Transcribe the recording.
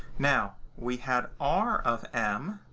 now, we had r of m.